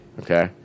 Okay